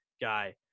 Guy